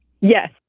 Yes